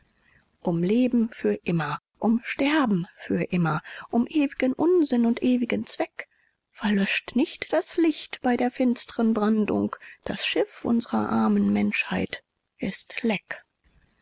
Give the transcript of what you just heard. um leben für immer um sterben für immer um ewigen unsinn und ewigen zweck verlöscht nicht das licht bei der finsteren brandung das schiff uns'rer armen menschheit ist leck